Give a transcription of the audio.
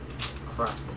crust